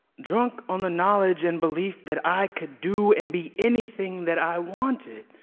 drunk on the knowledge and belief that i could do and be anything that i wanted.